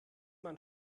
man